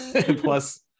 Plus